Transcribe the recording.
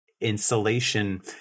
insulation